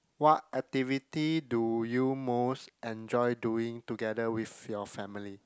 what activity do you most enjoy doing together with your family